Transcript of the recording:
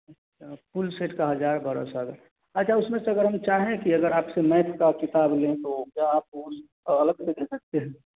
अच्छा full set कहा जाए बड़ा सारा अच्छा उसमें से अगर हम चाहें कि अगर आपसे मैएथ का किताब लें तो क्या आप वो अलग से दे सकते हैं